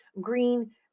Green